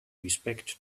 respect